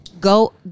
go